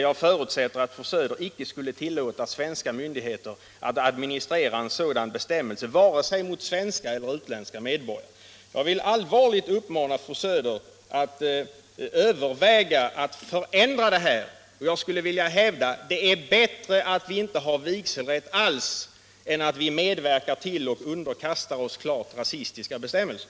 Jag förutsätter att fru Söder inte skulle tillåta svenska myndigheter att administrera en sådan bestämmelse vare sig mot svenska eller mot utländska medborgare. Jag vill allvarligt uppmana fru Söder att överväga att förändra de här bestämmelserna. Jag skulle vilja hävda: Det är bättre att vi inte har sådan här vigselrätt alls än att vi medverkar till att underkasta oss klart rasistiska bestämmelser.